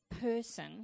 person